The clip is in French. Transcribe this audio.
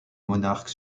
monarque